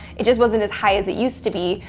it just wasn't as high as it used to be,